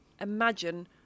imagine